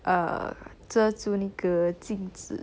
err 遮住那个镜子